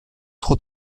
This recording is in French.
trop